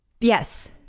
yes